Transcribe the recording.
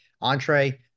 entree